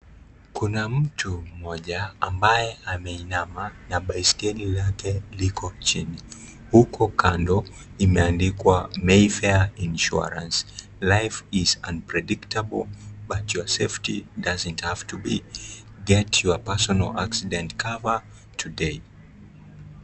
Kuna mtu mmoja ambaye ameinama na baiskeli lake liko chini ,uko Kando imeandikwa (cs)Mayfair insurance ,life is unpredictable but your safety doesn't have to be, get personal accident cover today(CS).